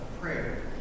prayer